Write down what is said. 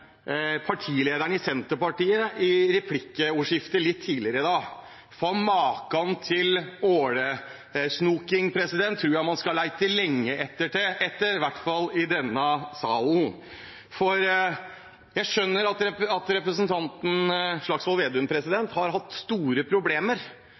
partilederen i Senterpartiet i replikkordskiftet litt tidligere i dag. Maken til ålesnoking tror jeg man skal lete lenge etter, i hvert fall i denne salen. Jeg skjønner at representanten Slagsvold Vedum